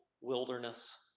wilderness